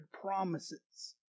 promises